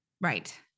Right